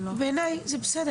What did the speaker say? בעיניי זה בסדר.